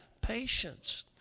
patience